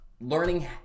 learning